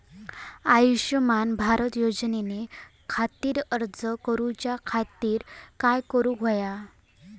आयुष्यमान भारत योजने खातिर अर्ज करूच्या खातिर काय करुक होया?